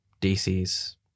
DC's